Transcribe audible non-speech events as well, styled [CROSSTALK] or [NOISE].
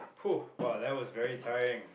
[NOISE] !wow! that was very tiring